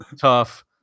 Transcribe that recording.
tough